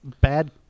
bad